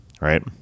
right